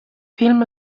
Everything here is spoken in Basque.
film